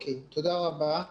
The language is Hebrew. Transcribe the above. תודה רבה.